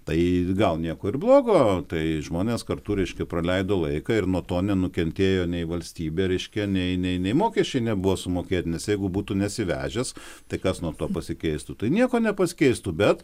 tai gal nieko ir blogo tai žmonės kartu reiškia praleido laiką ir nuo to nenukentėjo nei valstybė reiškia nei nei nei mokesčiai nebuvo sumokėti nes jeigu būtų nesivežęs tai kas nuo to pasikeistų tai nieko nepakeistų bet